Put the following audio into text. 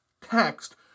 text